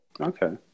Okay